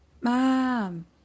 mom